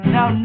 Now